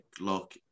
lock